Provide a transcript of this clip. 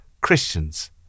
Christians